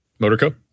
Motorco